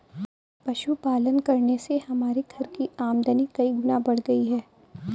पशुपालन करने से हमारे घर की आमदनी कई गुना बढ़ गई है